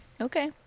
okay